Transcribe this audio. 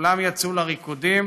כשכולם יצאו לריקודים